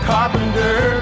Carpenter